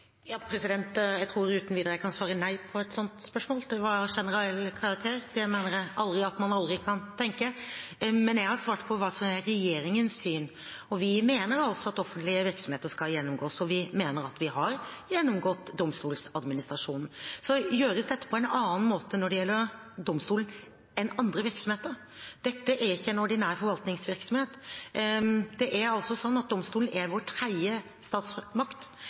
Jeg tror jeg uten videre kan svare nei på et slikt spørsmål – det var av generell karakter. Det mener jeg at man aldri kan tenke. Jeg har svart på hva som er regjeringens syn. Vi mener altså at offentlige virksomheter skal gjennomgås, og vi mener at vi har gjennomgått Domstoladministrasjonen. Dette gjøres på en annen måte når det gjelder domstolen, enn når det gjelder andre virksomheter. Dette er ikke en ordinær forvaltningsvirksomhet. Domstolen er vår tredje statsmakt. Den er likestilt med Stortinget og regjeringen, og den er ikke underlagt vår